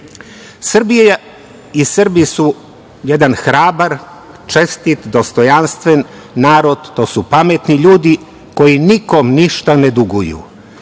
itd. Srbija i Srbi su jedan hrabar, čestit, dostojanstven narod, to su pametni ljudi koji nikom ništa ne duguju.